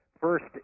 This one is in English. first